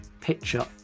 Picture